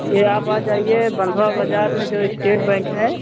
यह आप आ जाइए बंधवा बाजार में जो श्टेट बैंक है